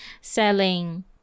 selling